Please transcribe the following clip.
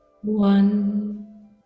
one